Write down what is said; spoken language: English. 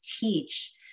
teach